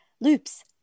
loops